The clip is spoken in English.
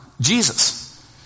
Jesus